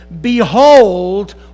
Behold